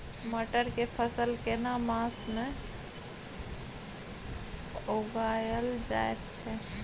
मटर के फसल केना मास में उगायल जायत छै?